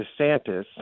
desantis